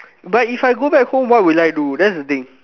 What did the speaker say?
but if I go back home what will I do that's the thing